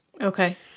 Okay